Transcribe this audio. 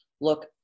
Look